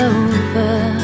over